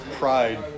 pride